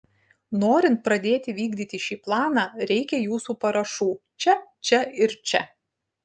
norint pradėti vykdyti šį planą reikia jūsų parašų čia čia ir čia